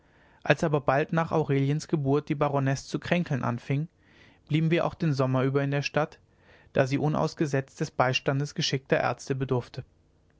als aber bald nach aureliens geburt die baronesse zu kränkeln anfing blieben wir auch den sommer über in der stadt da sie unausgesetzt des beistandes geschickter ärzte bedurfte